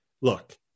look